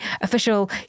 official